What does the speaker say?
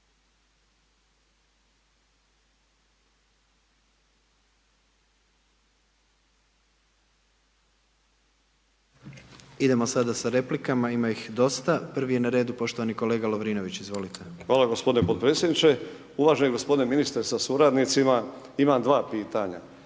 Idemo sada sa replikama ima ih dosta, prvi je na redu poštovani kolega Lovrinović, izvolite. **Lovrinović, Ivan (Promijenimo Hrvatsku)** Hvala gospodine podpredsjedniče, uvaženi gospodine ministre sa suradnicima, imam dva pitanja.